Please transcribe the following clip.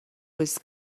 was